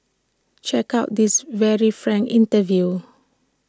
check out this very frank interview